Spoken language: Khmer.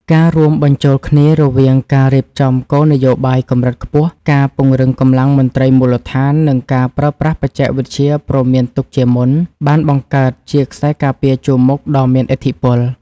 ការរួមបញ្ចូលគ្នារវាងការរៀបចំគោលនយោបាយកម្រិតខ្ពស់ ការពង្រឹងកម្លាំងមន្ត្រីមូលដ្ឋាន និងការប្រើប្រាស់បច្ចេកវិទ្យាព្រមានទុកជាមុន បានបង្កើតជាខ្សែការពារជួរមុខដ៏មានឥទ្ធិពល។